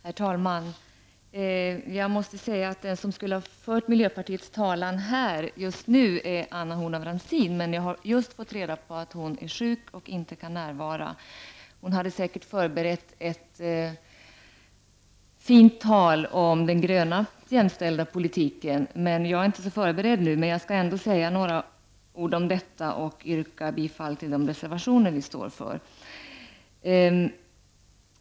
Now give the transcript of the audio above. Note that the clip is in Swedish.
Herr talman! Jag har just fått reda på att Anna Horn af Rantzien, som skulle ha fört miljöpartiets talan just nu, är sjuk och inte kan närvara. Hon hade säkert förberett ett fint tal om den gröna jämställdhetspolitiken. Jag är inte så förberedd nu, men jag skall ändå säga några ord om detta och yrka bifall till de reservationer vi står för.